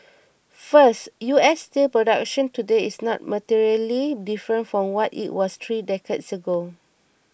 first U S steel production today is not materially different from what it was three decades ago